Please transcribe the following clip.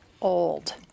old